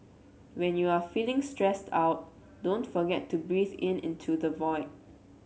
when you are feeling stressed out don't forget to breathe in into the void